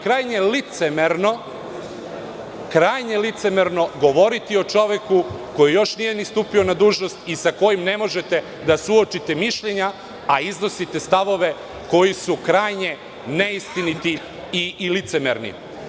Krajnje je licemerno govoriti o čoveku koji još nije stupio na dužnost i sa kojim ne možete da suočite mišljenja, a iznosite stavove koji su krajnje neistiniti i licemerni.